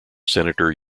senator